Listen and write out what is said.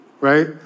right